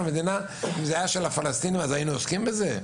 אם זה היה של הפלסטינים היינו עוסקים בזה?